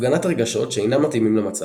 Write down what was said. הפגנת רגשות שאינם מתאימים למצב.